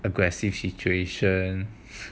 aggressive situation